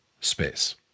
space